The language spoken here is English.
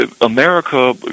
America